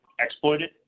exploited